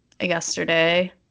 yesterday